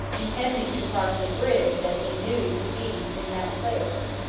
intending to cross the bridge that he knew to be in that place,